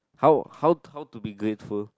how how how to be grateful